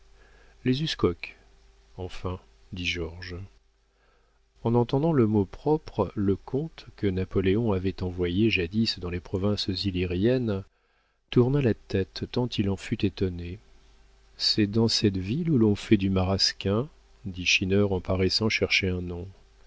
les uscoques enfin dit georges en entendant le mot propre le comte que napoléon avait envoyé jadis dans les provinces illyriennes tourna la tête tant il en fut étonné c'est dans cette ville où l'on fait du marasquin dit schinner en paraissant chercher un nom